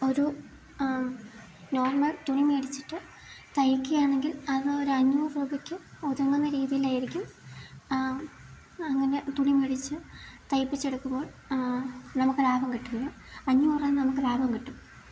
ഒരു നോർമൽ തുണി മേടിച്ചിട്ട് തയിക്കുകയാണെങ്കില് അതൊരഞ്ഞൂറ് രൂപയ്ക്ക് ഒതുങ്ങുന്ന രീതിയിലായിരിക്കും അങ്ങനെ തുണി മേടിച്ച് തയ്പ്പിച്ചെടുക്കുമ്പോൾ നമുക്ക് ലാഭം കിട്ടുമെന്ന് അഞ്ഞൂറ് രൂപ നമുക്ക് ലാഭം കിട്ടും